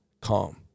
calm